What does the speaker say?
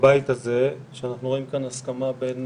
בבית הזה, אנחנו רואים כאן הסכמה בין